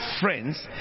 friends